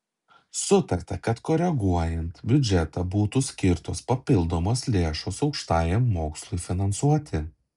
sutarta kad koreguojant biudžetą būtų skirtos papildomos lėšos aukštajam mokslui finansuoti